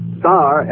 star